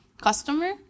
customer